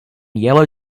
yellow